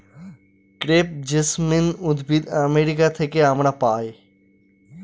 crepe jasmine উদ্ভিদ America থেকে আমরা পাই